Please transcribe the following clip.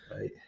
Right